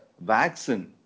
vaccine